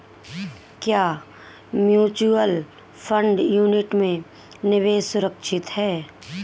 क्या mutual fund unit में निवेश सुरक्षित है?